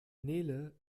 nele